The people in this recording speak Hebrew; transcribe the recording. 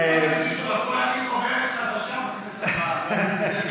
צריך להדפיס חוברת חדשה בכנסת הבאה.